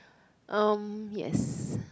um yes